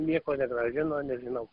nieko negrąžino nežinau